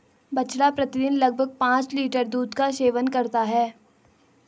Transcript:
बछड़ा प्रतिदिन लगभग पांच लीटर दूध का सेवन करता है